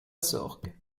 sorgue